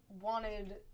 wanted